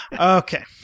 Okay